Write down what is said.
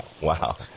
Wow